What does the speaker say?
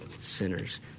sinners